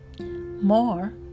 more